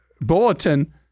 Bulletin